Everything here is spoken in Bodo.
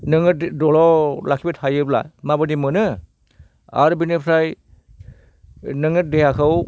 नोङो दलर लाखिबाय थायोब्ला माबायदि मोनो आरो बेनिफ्राय नोङो देहाखौ